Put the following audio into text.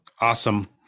Awesome